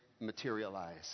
materialize